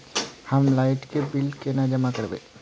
हम लाइट के बिल केना जमा करबे?